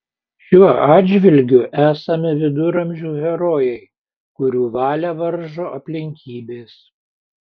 šiuo atžvilgiu esame viduramžių herojai kurių valią varžo aplinkybės